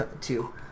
two